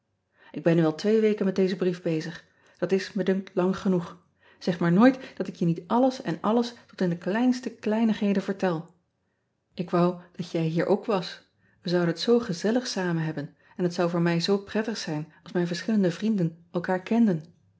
k ben nu al twee weken met dezen brief bezig at is me dunkt lang genoeg eg maar nooit dat ik je niet alles en alles tot in de kleinste kleinigheden vertel k wou dat jij hier ook was e zouden het zoo gezellig samen hebben en het zou voor mij zoo prettig zijn als mijn verschillende vrienden elkaar kenden